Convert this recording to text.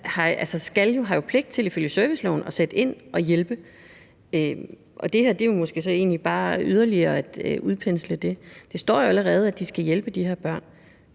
har jo ifølge serviceloven pligt til at sætte ind og hjælpe. Det her er jo måske så egentlig bare at udpensle det yderligere. Der står jo allerede, at de skal hjælpe de her børn,